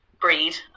breed